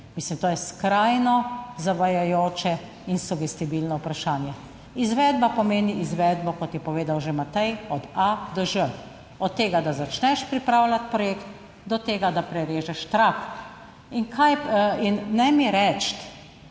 Mislim, to je skrajno zavajajoče in sugestibilno vprašanje. Izvedba pomeni izvedbo, kot je povedal že Matej od A do Ž, od tega, da začneš pripravljati projekt, do tega, da prerežeš trak. In kaj, in